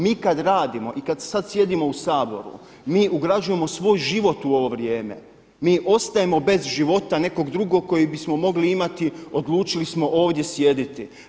Mi kad radimo i kad sad sjedimo u Saboru mi ugrađujemo svoj život u ovo vrijeme, mi ostajemo bez života nekog drugog kojeg bismo mogli imati, odlučili smo ovdje sjediti.